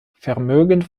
vermögend